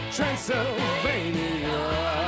Transylvania